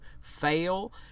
fail